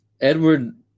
Edward